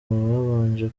babanje